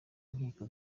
inkiko